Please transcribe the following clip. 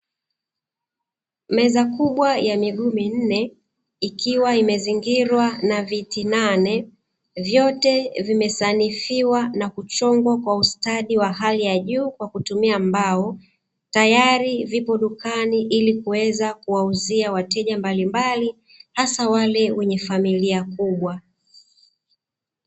Meza kubwa ya miguu minne ikiwa imezingirwa na viti nane, vyote vimesanifiwa na kuchongwa kwa ustadi wa hali ya juu kwa kutumia mbao. Tayari vipo dukani ili kuweza kuwauzia wateja mbalimbali, hasa wale wenye familia kubwa.